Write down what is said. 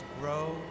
grow